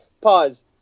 pause